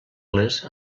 les